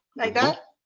like that.